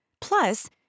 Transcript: Plus